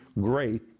great